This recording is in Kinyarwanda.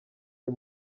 uyu